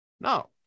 no